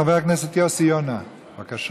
חבר הכנסת יוסי יונה, בבקשה.